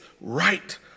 right